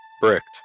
Bricked